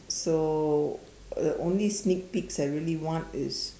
so the only sneak peeks I really want is